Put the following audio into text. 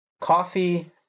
coffee